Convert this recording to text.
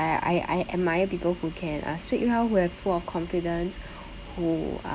I I I admire people who can uh speak well who have full of confidence who